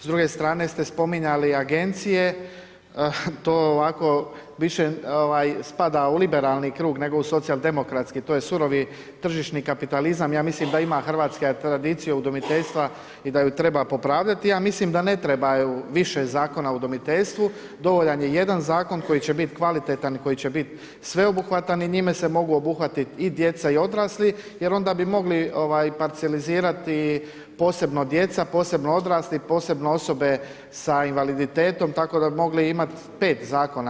S druge strane ste spominjali agencije, to ovako više spada u liberalni krug, nego u socijal demokratski, to je surovi tržišni kapitalizam, ja mislim da ima Hrvatska tradiciju udomiteljstva i da ju treba popravljati, ja mislim da ne treba više Zakona o udomiteljstvu, dovoljan je jedan zakon koji će biti kvalitetan i koji će biti sveobuhvatan i njime se mogu obuhvatit i djeca i odrasli jer onda bi mogli parcijalizirati posebno djeca, posebno odrasli, posebno osobe sa invaliditetom, tako da bi mogli imat 5 zakona.